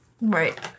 Right